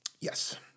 Yes